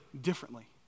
differently